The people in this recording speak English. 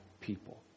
people